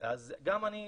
אז אני